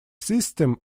system